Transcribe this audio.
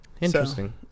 Interesting